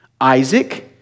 Isaac